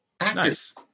Nice